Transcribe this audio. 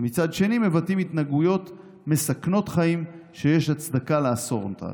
ומצד שני מבטאים התנהגויות מסכנות חיים שיש הצדקה לאסור אותן.